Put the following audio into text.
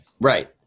Right